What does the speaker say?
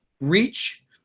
reach